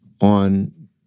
on